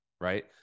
right